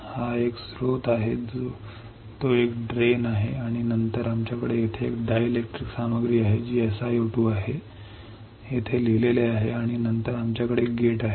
हा एक स्त्रोत आहे तो एक ड्रेन आहे आणि नंतर आमच्याकडे येथे एक डायलेक्ट्रिक सामग्री आहे जी SiO2 आहे येथे लिहिलेली आहे आणि नंतर आमच्याकडे एक गेट आहे